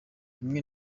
rimwe